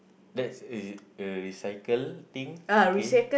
that's eh a recycle thing